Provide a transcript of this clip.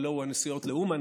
הלוא הוא הנסיעות לאומן,